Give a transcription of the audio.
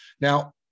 Now